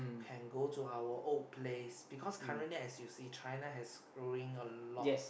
can go to our old place because currently as you see China has growing a lot